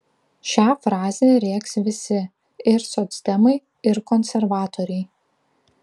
šią frazę rėks visi ir socdemai ir konservatoriai